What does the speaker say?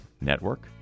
Network